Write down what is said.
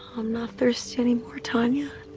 i'm not thirsty anymore, tanya.